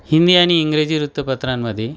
हिंदी आणि इंग्रजी वृत्तपत्रांमध्ये